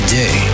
day